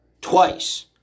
Twice